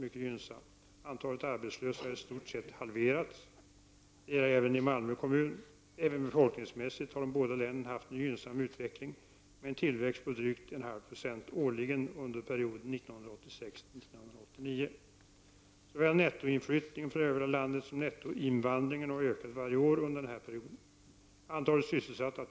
Beslutsvånda inför en fast förbindelse Malmö— Köpenhamn. 90 km/tim. på tidigare 110-vägar. Minskning av flygledarverksamheten vid Sturups flygplats.